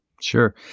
sure